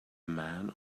man